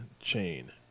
chain